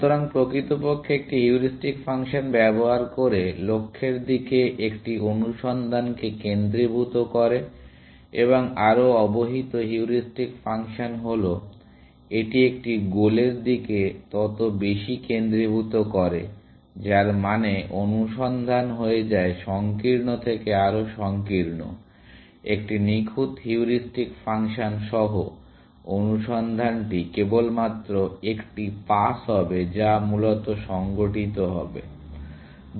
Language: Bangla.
সুতরাং প্রকৃতপক্ষে একটি হিউরিস্টিক ফাংশন ব্যবহার করে লক্ষ্যের দিকে একটি অনুসন্ধানকে কেন্দ্রীভূত করে এবং আরও অবহিত হিউরিস্টিক ফাংশন হল এটি একটি গোলের দিকে তত বেশি কেন্দ্রীভূত করে যার মানে অনুসন্ধান হয়ে যায় সংকীর্ণ থেকে আরো সংকীর্ণ একটি নিখুঁত হিউরিস্টিক ফাংশন সহ অনুসন্ধানটি কেবলমাত্র একটি পাস হবে যা মূলত সংঘটিত হবে